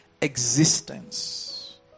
existence